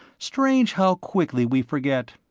strange how quickly we forget.